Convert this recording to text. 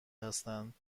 هستند